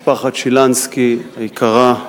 משפחת שילנסקי היקרה,